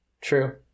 True